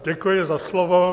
Děkuji za slovo.